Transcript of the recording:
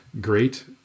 great